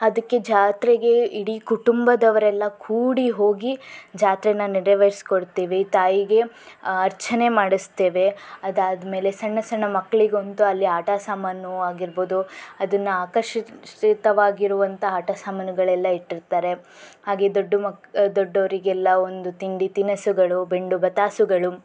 ಅದಕ್ಕೆ ಜಾತ್ರೆಗೆ ಇಡೀ ಕುಟುಂಬದವರೆಲ್ಲ ಕೂಡಿ ಹೋಗಿ ಜಾತ್ರೇನ ನೆರವೇರ್ಸಿ ಕೊಡ್ತೀವಿ ತಾಯಿಗೆ ಅರ್ಚನೆ ಮಾಡಿಸ್ತೇವೆ ಅದು ಆದ್ಮೇಲೆ ಸಣ್ಣ ಸಣ್ಣ ಮಕ್ಕಳಿಗಂತೂ ಅಲ್ಲಿ ಆಟ ಸಾಮಾನು ಆಗಿರಬಹುದು ಅದನ್ನು ಆಕರ್ಷಿತವಾಗಿರುವಂಥ ಆಟ ಸಾಮಾನುಗಳೆಲ್ಲ ಇಟ್ಟಿರ್ತಾರೆ ಹಾಗೇ ದೊಡ್ಡ ಮಕ್ ದೊಡ್ಡೋರಿಗೆಲ್ಲ ಒಂದು ತಿಂಡಿ ತಿನಸುಗಳು ಬೆಂಡು ಬತಾಸುಗಳು